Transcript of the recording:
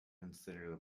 consider